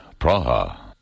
Praha